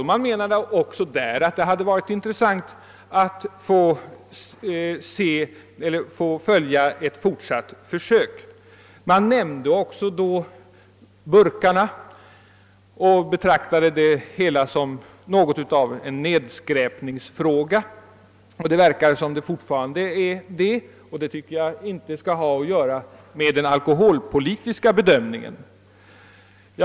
Också på detta håll ansåg man att det hade varit intressant att få följa försöket i fortsättningen. Även ölburkarna nämndes, men man betraktade detta som något av en nedskräpningsfråga. Det verkar också som om det fortfarande är detta det gäller, och det tycker jag inte har med den alkoholpolitiska bedömningen att göra.